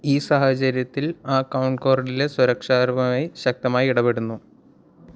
ഈ സാഹചര്യത്തിൽ ആ കോൺ കോർഡിലെ സുരക്ഷാപരമായി ശക്തമായി ഇടപെടുന്നു